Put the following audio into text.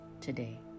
today